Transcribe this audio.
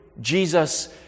Jesus